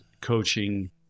coaching